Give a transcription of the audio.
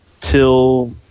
till